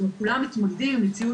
זאת אומרת, כולם מתמודדים עם מציאות